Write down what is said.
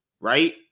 Right